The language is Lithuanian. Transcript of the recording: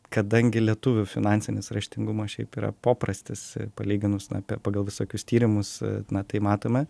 kadangi lietuvių finansinis raštingumas šiaip yra poprastis palyginus na pagal visokius tyrimus na tai matome